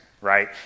right